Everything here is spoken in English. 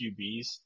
QBs